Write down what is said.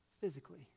physically